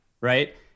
Right